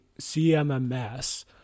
CMMS